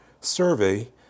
survey